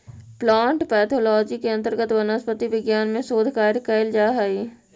plant pathology के अंतर्गत वनस्पति विज्ञान में शोध कार्य कैल जा हइ